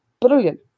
brilliant